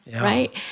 right